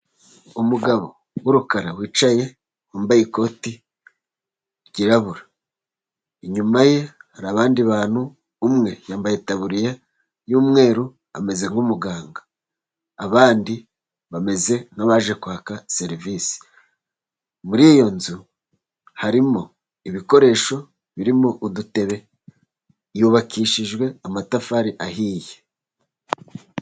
Umugabo w'urukara wicaye wambaye ikoti ryirabura. Inyuma ye hari abandi bantu, umwe yambaye itaburiya y'umweru ameze nk'umuganga. Abandi bameze nk'abaje kwaka serivisi. Muri iyo nzu, harimo ibikoresho birimo udutebe, yubakishijwe amatafari ahiye.